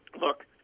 look